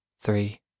three